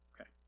Okay